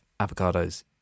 avocados